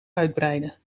uitbreiden